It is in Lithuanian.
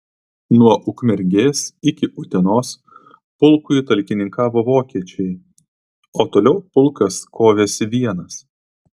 nuo ukmergės iki utenos pulkui talkininkavo vokiečiai o toliau pulkas kovėsi vienas